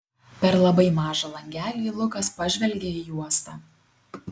per labai mažą langelį lukas pažvelgė į uostą